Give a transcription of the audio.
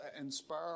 inspire